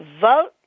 vote